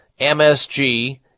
MSG